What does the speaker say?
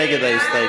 מי נגד ההסתייגות?